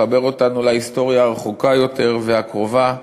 מחבר אותנו להיסטוריה הרחוקה יותר והקרובה,